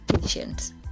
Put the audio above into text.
patient